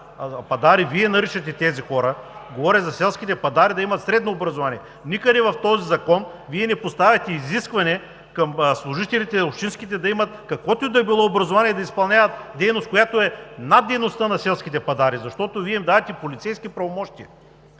Вие наричате тези хора – говоря за селските пъдари, да имат средно образование. Никъде в този закон Вие не поставяте изискване към общинските служители да имат каквото и да било образование, да изпълняват дейност, която е над дейността на селските пъдари, защото им давате полицейски правомощия